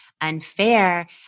unfair